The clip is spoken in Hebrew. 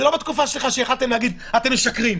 זה לא בתקופה שלך שיכולתם להגיד אתם משקרים.